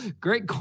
Great